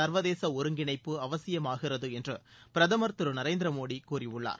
சர்வதேச ஒருங்கிணைப்பு அவசியமாகிறது என்று பிரதமர் திரு நரேந்திர மோடி கூறியுள்ளார்